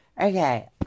Okay